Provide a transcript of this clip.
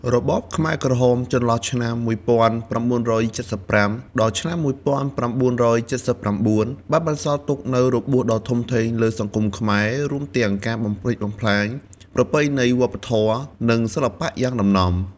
របបខ្មែរក្រហមចន្លោះឆ្នាំ១៩៧៥ ដល់១៩៧៩ បានបន្សល់ទុកនូវរបួសដ៏ធំធេងលើសង្គមខ្មែរ រួមទាំងការបំផ្លិចបំផ្លាញប្រពៃណីវប្បធម៌ និងសិល្បៈយ៉ាងដំណំ។